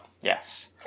yes